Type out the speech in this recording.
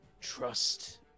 Trust